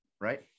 right